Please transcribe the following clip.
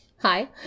Hi